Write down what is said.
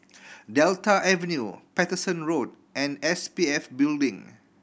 Delta Avenue Paterson Road and S P F Building